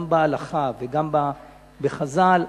גם בהלכה וגם בחז"ל,